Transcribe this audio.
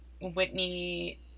Whitney